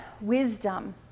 wisdom